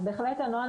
בהחלט הנוהל